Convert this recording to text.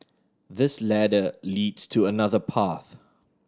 this ladder leads to another path